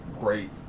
great